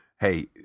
Hey